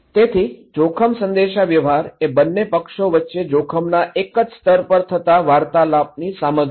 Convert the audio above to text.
તેથી જોખમ સંદેશાવ્યવહાર એ બંને પક્ષો વચ્ચે જોખમના એક જ સ્તર પર થતા વાર્તાલાપની સામગ્રી છે